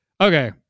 okay